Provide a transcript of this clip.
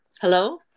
Hello